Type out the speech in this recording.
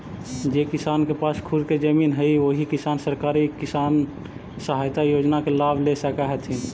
जे किसान के पास खुद के जमीन हइ ओही किसान सरकारी किसान सहायता योजना के लाभ ले सकऽ हथिन